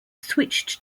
switched